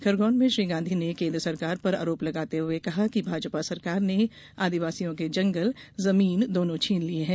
खरगौन में श्री गांधी ने केन्द्र सरकार पर आरोप लगाते हुए कहा कि भाजपा सरकार ने आदिवासियों के जंगल जमीन दोनो छीन लिये है